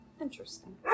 Interesting